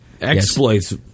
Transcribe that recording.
Exploits